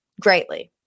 greatly